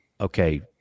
okay